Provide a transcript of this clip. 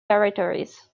territories